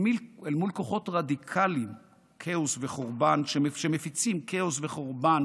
אל מול כוחות רדיקליים שמפיצים כאוס וחורבן,